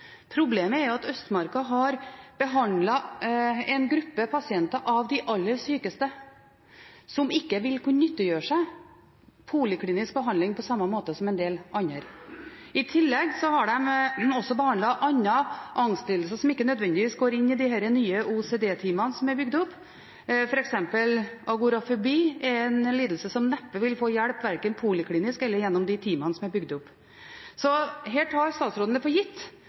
Problemet er at Østmarka har behandlet en gruppe pasienter av de aller sykeste som ikke vil kunne nyttiggjøre seg poliklinisk behandling på samme måte som en del andre. I tillegg har de også behandlet andre angstlidelser som ikke nødvendigvis går inn i disse nye OCD-teamene som er bygd opp, f.eks. er agorafobi en lidelse som en neppe vil få hjelp med, verken poliklinisk eller gjennom de teamene som er bygd opp. Så her tar statsråden det for gitt